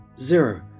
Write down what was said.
zero